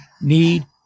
need